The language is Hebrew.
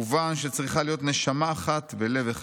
מובן שצריכה להיות נשמה אחת ולב אחד,